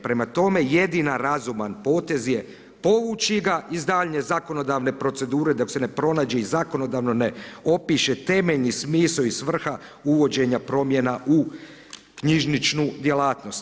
Prema tome jedini razuman potez je povući ga iz daljnje zakonodavne procedure dok se ne pronađe i zakonom ne opiše temeljni smisao i svrha uvođenja promjena u knjižničnu djelatnost.